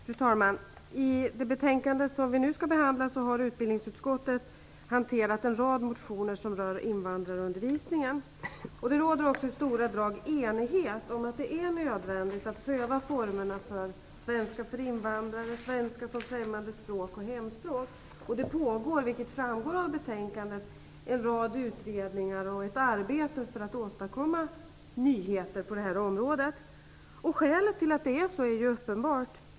Fru talman! I det betänkande som vi nu skall behandla har utbildningsutskottet hanterat en rad motioner som rör invandrarundervisningen. Det råder i stora drag enighet om att det är nödvändigt att pröva formerna för svenska för invandrare, svenska som främmande språk samt för hemspråk. Som framgår av betänkandet pågår en rad utredningar och ett arbete för att åstadkomma nyheter på detta område. Skälet till detta är uppenbart.